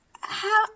How-